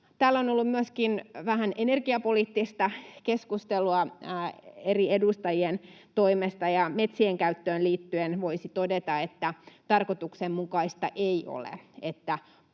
Täällä on ollut myöskin vähän energiapoliittista keskustelua eri edustajien toimesta. Metsien käyttöön liittyen voisi todeta, että tarkoituksenmukaista ei ole,